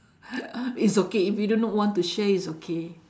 uh it's okay if you do not want to share it's okay